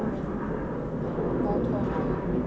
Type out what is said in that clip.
人 uh 沟通 lor